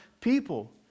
people